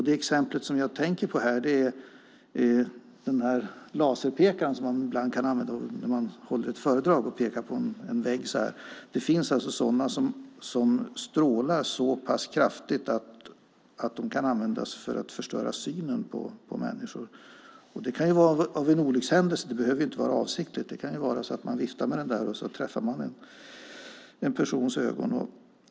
Det exempel jag tänker på är laserpekaren, som man kan använda när man håller föredrag för att peka på en vägg. Det finns sådana som strålar så pass kraftigt att de kan användas för att förstöra synen på människor. Det kan vara av en olyckshändelse; det behöver inte ske avsiktligt. Man kanske viftar med pekaren och träffar en persons ögon.